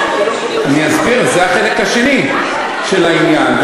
אני אסביר, זה החלק השני של העניין.